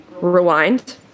rewind